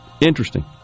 interesting